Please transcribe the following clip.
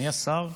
מי השר?